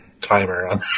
timer